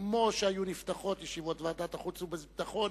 כמו שהיו נפתחות ישיבות ועדת החוץ והביטחון,